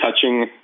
touching